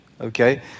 okay